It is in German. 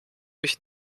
mich